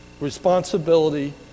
responsibility